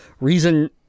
reason